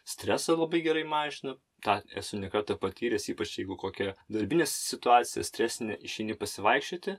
stresą labai gerai mažina tą esu ne kartą patyręs ypač jeigu kokia darbinė situacija stresinė išeini pasivaikščioti